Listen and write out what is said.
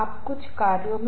तनाव किन कारणों से होता है